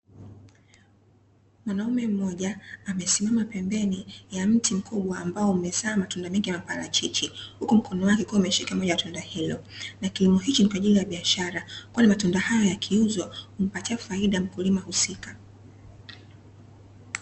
Mwanaume mmoja amesimama pembeni ya mti mkubwa, ambao umezaa matunda mengi ya maparachichi, huku mkono wake ukiwa umeshika moja ya tunda hilo, na kilimo hicho ni kwa ajili ya biashara, kwani matunda haya yakiuzwa humpatia faida mkulima husika.